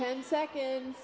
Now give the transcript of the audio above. ten seconds